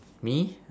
me